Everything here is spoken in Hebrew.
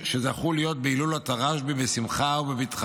שזכו להיות בהילולת הרשב"י בשמחה ובבטחה.